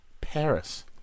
Paris